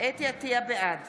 בעד